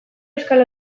euskal